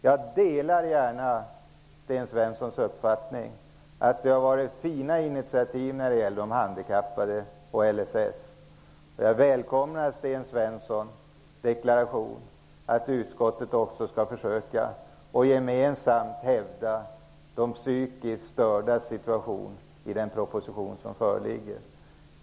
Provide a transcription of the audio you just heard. Jag delar gärna Sten Svenssons uppfattning att det har tagits viktiga initiativ när det gäller de handikappade och LSS, och jag välkomnar Sten Svenssons deklaration att utskottet också skall försöka att gemensamt hävda de psykiskt stördas situation vid behandlingen av den proposition som föreligger.